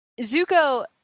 Zuko